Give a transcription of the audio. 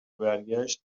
برگشت